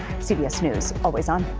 cbs news, always on.